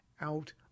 out